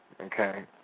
Okay